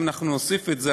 אם אנחנו נוסיף את זה,